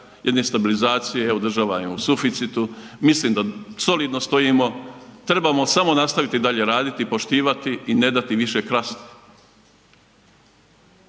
jedne stabilizacije, evo država je u suficitu, mislim da solidno stojimo, trebamo samo dalje raditi, poštivati i ne dati više krasti.